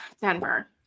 Denver